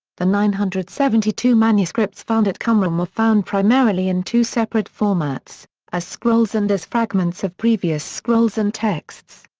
the nine hundred and seventy two manuscripts found at qumran were found primarily in two separate formats as scrolls and as fragments of previous scrolls and texts.